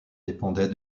dépendait